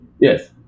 Yes